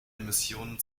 emissionen